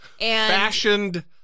Fashioned